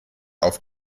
auf